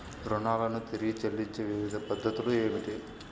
రుణాలను తిరిగి చెల్లించే వివిధ పద్ధతులు ఏమిటి?